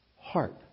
heart